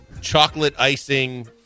chocolate-icing